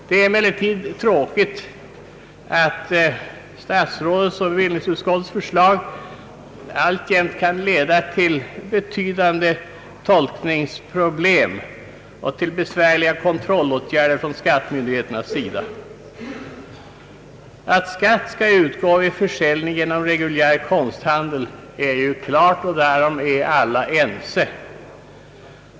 Det är emellertid tråkigt att statsrådets och bevillningsutskottets förslag alltjämt kan leda till betydande tolkningsproblem och till besvärliga kontrollåtgärder från skattemyndigheternas sida. Att skatt skall utgå vid försäljning genom reguljär konsthandel är klart, och därom är alla ense.